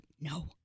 No